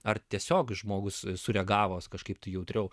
ar tiesiog žmogus sureagavo kažkaip tai jautriau